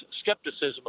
skepticism